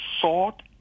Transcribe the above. sought